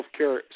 healthcare